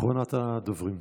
אחרונת הדוברים.